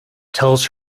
tells